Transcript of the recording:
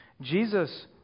Jesus